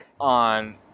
on